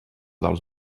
dels